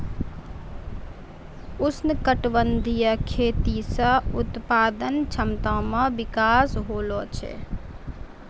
उष्णकटिबंधीय खेती से उत्पादन क्षमता मे विकास होलो छै